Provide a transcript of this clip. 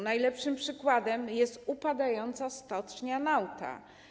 Najlepszym przykładem jest upadająca stocznia Nauta.